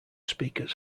speakers